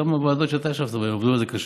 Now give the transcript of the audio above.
גם הוועדות שאתה ישבת בהן עבדו על זה קשה,